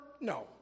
No